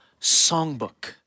songbook